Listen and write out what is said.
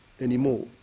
anymore